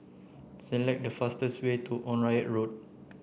select the fastest way to Onraet Road